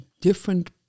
different